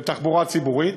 של תחבורה ציבורית,